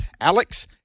Alex